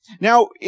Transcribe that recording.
Now